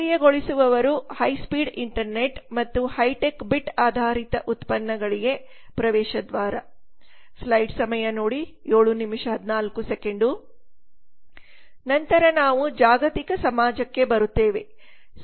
ಸಕ್ರಿಯಗೊಳಿಸುವವರು high speed internet ಮತ್ತು high tech bit ಆಧಾರಿತ ಉತ್ಪನ್ನಗಳಿಗೆ ಪ್ರವೇಶದ್ವಾರ ನಂತರ ನಾವು ಜಾಗತಿಕ ಸಮಾಜಕ್ಕೆ ಬರುತ್ತೇವೆ